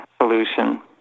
solution